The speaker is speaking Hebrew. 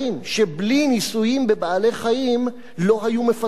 שבלי ניסויים בבעלי-חיים לא היו מפתחים אותה.